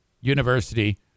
University